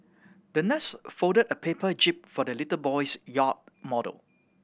the nurse folded a paper jib for the little boy's yacht model